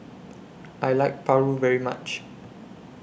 I like Paru very much